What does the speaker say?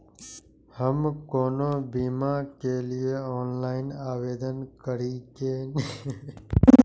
हम कोनो बीमा के लिए ऑनलाइन आवेदन करीके नियम बाताबू?